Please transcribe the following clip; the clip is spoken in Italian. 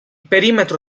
perimetro